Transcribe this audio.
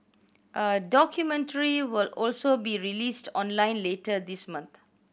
a documentary will also be released online later this month